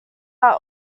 are